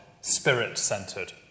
spirit-centered